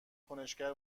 کنشگر